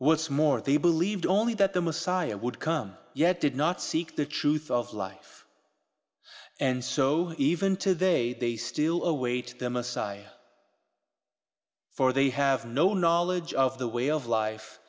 what's more they believed only that the messiah would come yet did not seek the truth of life and so even today they still await their messiah for they have no knowledge of the way of life